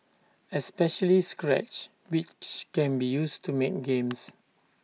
especially scratch which can be used to make games